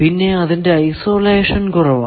പിന്നെ അതിന്റെ ഐസൊലേഷൻ കുറവാണ്